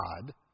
God